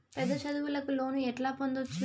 పెద్ద చదువులకు లోను ఎట్లా పొందొచ్చు